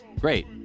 Great